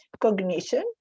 cognition